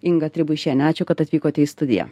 inga tribuišienė ačiū kad atvykote į studiją